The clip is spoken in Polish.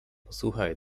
posłuchaj